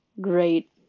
great